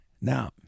Now